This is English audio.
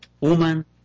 Woman